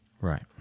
Right